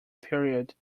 period